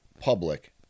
public